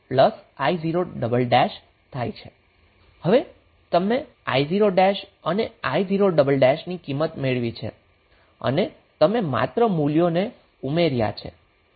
હવે તમે i0 અને i0 ની કિંમત મેળવી છે અને તમે માત્ર મૂલ્યોને ઉમેર્યા છે